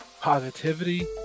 positivity